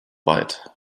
weit